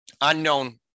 Unknown